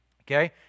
Okay